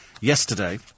yesterday